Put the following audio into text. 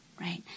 right